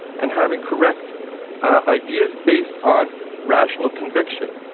and having correct ideas based on rational conviction.